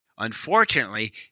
Unfortunately